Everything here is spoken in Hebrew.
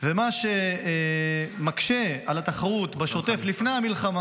מה שמקשה על התחרות בשוטף לפני המלחמה,